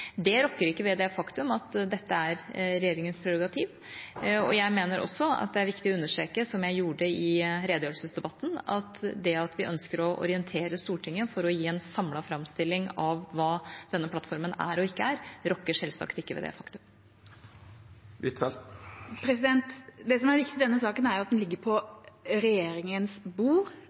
Det rokker ikke ved det faktum at dette er regjeringas prerogativ. Jeg mener også at det er viktig å understreke, som jeg gjorde i redegjørelsesdebatten, at det at vi ønsker å orientere Stortinget for å gi en samlet framstilling av hva denne plattformen er og ikke er, selvsagt ikke rokker ved det faktum. Det som er viktig i denne saken, er jo at den ligger på regjeringens bord,